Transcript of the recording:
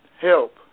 help